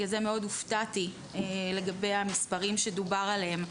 לכן מאוד הופתעתי לגבי המספרים שדובר עליהם.